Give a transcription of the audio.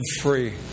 free